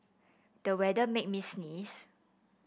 the weather made me sneeze